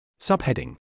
Subheading